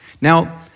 Now